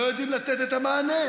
לא יודעים לתת את המענה.